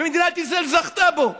ומדינת ישראל זכתה בו.